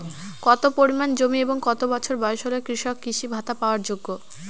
কত পরিমাণ জমি এবং কত বছর বয়স হলে কৃষক কৃষি ভাতা পাওয়ার যোগ্য?